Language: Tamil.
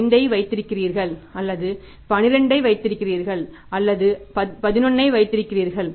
5 ஐ வைத்திருக்கிறீர்கள் அல்லது 12 ஐ வைத்திருக்கிறீர்கள் அல்லது 11 ஐ வைத்திருக்கிறீர்கள்